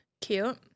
cute